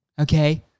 Okay